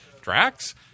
Drax